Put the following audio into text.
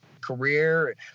career